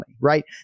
right